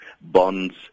bonds